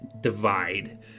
divide